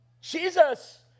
Jesus